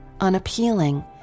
unappealing